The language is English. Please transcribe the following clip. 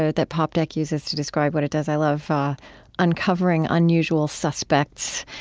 ah that poptech uses to describe what it does. i love uncovering unusual suspects,